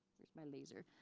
where's my laser?